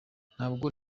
ntabwo